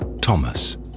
Thomas